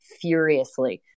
furiously